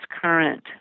current